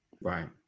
Right